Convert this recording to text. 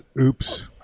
Oops